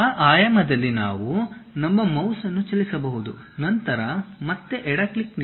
ಆ ಆಯಾಮದಲ್ಲಿ ನಾವು ನಮ್ಮ ಮೌಸ್ ಅನ್ನು ಚಲಿಸಬಹುದು ನಂತರ ಮತ್ತೆ ಎಡ ಕ್ಲಿಕ್ ನೀಡಿ